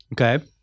Okay